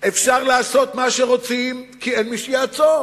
אפשר לעשות מה שרוצים, כי אין מי שיעצור.